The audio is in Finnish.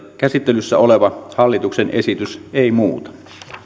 käsittelyssä oleva hallituksen esitys ei muuta